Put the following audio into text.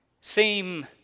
seem